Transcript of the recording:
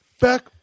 Back